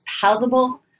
palatable